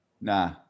Nah